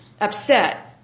upset